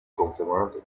complément